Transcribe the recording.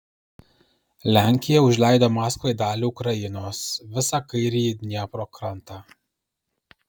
lenkija užleido maskvai dalį ukrainos visą kairįjį dniepro krantą